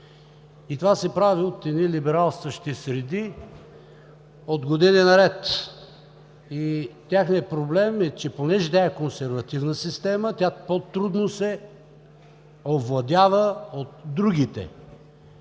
и това се прави от едни либералстващи среди от години наред. Техния проблем е, че понеже тя е консервативна система, тя по-трудно се овладява от другите